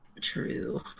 True